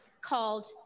called